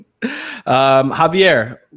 Javier